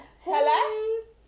Hello